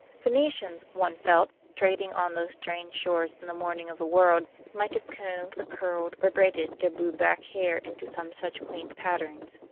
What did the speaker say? phoenicians, one felt, trading on those strange shores in the morning of the world, might have combed or curled or braided their blue-black hair into some such quaint patterns.